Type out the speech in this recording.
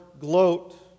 gloat